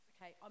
Okay